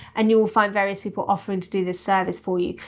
and you will find various people offering to do this service for you.